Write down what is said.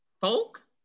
Folk